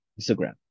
Instagram